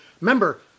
remember